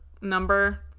number